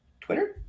Twitter